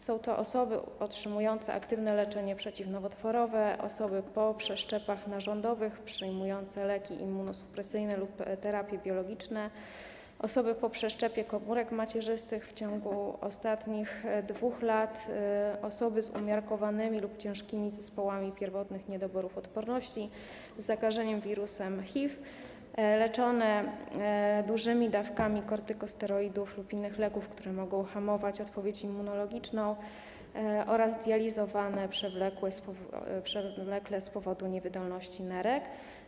Są to osoby otrzymujące aktywne leczenie przeciwnowotworowe, osoby po przeszczepach narządowych, przyjmujące leki immunosupresyjne lub terapie biologiczne, osoby po przeszczepie komórek macierzystych, który miał miejsce w ciągu ostatnich 2 lat, osoby z umiarkowanymi lub ciężkimi zespołami pierwotnych niedoborów odporności, z zakażeniem wirusem HIV, leczone dużymi dawkami kortykosteroidów lub innych leków, które mogą hamować odpowiedź immunologiczną, oraz dializowane przewlekle z powodu niewydolności nerek.